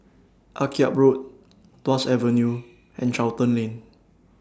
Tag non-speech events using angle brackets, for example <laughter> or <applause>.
Akyab Road Tuas Avenue <noise> and Charlton Lane